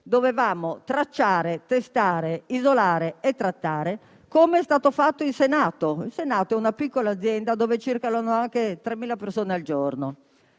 Dovevamo tracciare, testare, isolare e trattare, come è stato fatto in Senato. Il Senato è una piccola azienda dove circolano anche 3.000 persone al giorno: